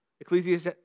Ecclesiastes